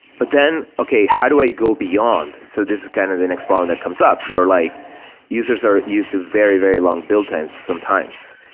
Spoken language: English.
but then, okay, how do i go beyond? so this is kind of the next problem that comes up where like users are used to very, very long build times sometimes.